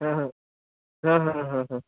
हां हां हां हां हां हां